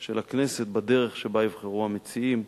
של הכנסת בדרך שבה יבחרו המציעים.